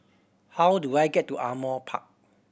how do I get to Ardmore Park